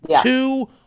Two